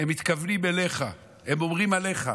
הם מתכוונים אליך, הם אומרים עליך.